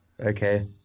Okay